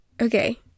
Okay